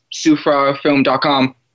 sufrafilm.com